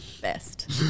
Best